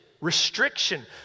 Restriction